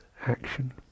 action